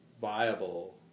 viable